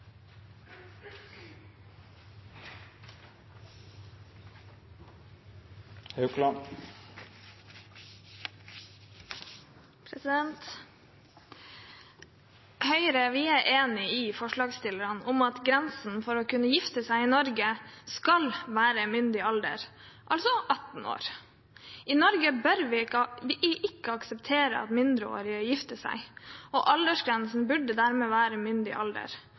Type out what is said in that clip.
er enig med forslagsstillerne i at grensen for å kunne gifte seg i Norge skal være myndig alder, altså 18 år. I Norge bør vi ikke akseptere at mindreårige gifter seg. Aldersgrensen bør derfor være myndig alder.